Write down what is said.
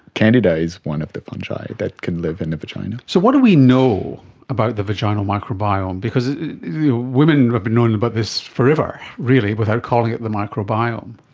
candida is one of the fungi that can live in the vagina. so what do we know about the vaginal microbiome? because women have but known about this forever really, without calling it the microbiome.